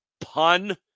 Pun